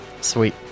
Sweet